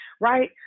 right